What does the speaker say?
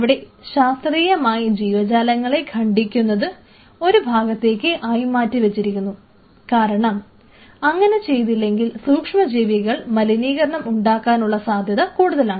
അവിടെ ശാസ്ത്രീയമായി ജീവജാലങ്ങളെ ഖണ്ഡിക്കുന്നത് ഒരു ഭാഗത്തേക്ക് ആയി മാറ്റിയിരിക്കുന്നു കാരണം അങ്ങനെ ചെയ്തില്ലെങ്കിൽ സൂക്ഷ്മജീവികൾ മലിനീകരണം ഉണ്ടാകാനുള്ള സാധ്യത കൂടുതലാണ്